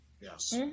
Yes